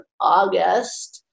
August